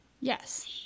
Yes